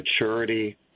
maturity